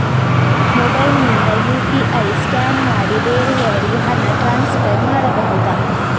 Mobile ನಿಂದ UPI scan ಮಾಡಿ ಬೇರೆಯವರಿಗೆ ಹಣ ಟ್ರಾನ್ಸ್ಫರ್ ಮಾಡಬಹುದ?